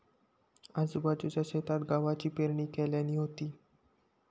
आजूबाजूच्या शेतात गव्हाची पेरणी केल्यानी होती